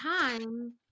time